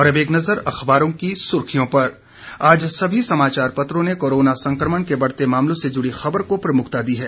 और अब एक नज़र अख़बारों की सुर्खियां पर आज सभी समाचार पत्रों ने कोरोना संकमण के बढ़ते मामलों से जुड़ी खबर को प्रमुखता दी है